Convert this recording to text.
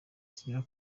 zigera